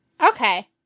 Okay